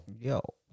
Yo